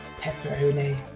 Pepperoni